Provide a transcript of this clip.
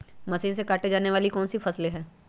Machine से काटे जाने वाली कौन सी फसल है?